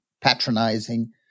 patronizing